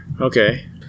Okay